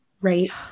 right